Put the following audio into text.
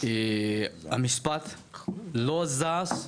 'לא זז,